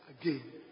again